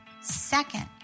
Second